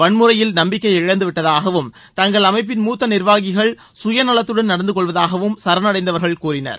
வன்முறையில் நம்பிக்கை இழந்து விட்டதாகவும் தங்கள் அமைப்பின் மூத்த நிர்வாகிகள் சுயநலத்துடன் நடந்து கொள்வதாகவும் சரணடைந்தவர்கள் கூறினர்